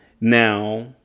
Now